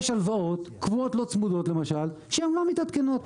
ויש הלוואות קבועות, לא צמודות, שלא מתעדכנות.